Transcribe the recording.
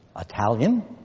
Italian